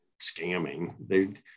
scamming